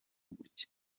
gutya